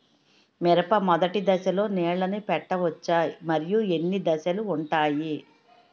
మిరప మొదటి దశలో నీళ్ళని పెట్టవచ్చా? మరియు ఎన్ని దశలు ఉంటాయి?